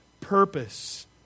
purpose